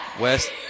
West